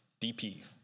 DP